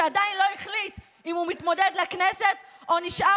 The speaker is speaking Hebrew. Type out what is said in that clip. שעדיין לא החליט אם הוא מתמודד לכנסת או נשאר